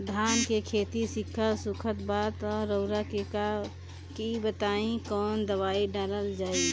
धान के खेती में सिक्का सुखत बा रउआ के ई बताईं कवन दवाइ डालल जाई?